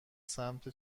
سمت